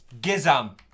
Gizam